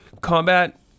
Combat